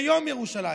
ביום ירושלים,